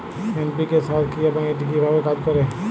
NPK সার কি এবং এটি কিভাবে কাজ করে?